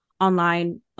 online